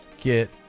get